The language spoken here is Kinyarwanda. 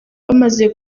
bamaze